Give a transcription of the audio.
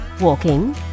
walking